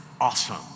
awesome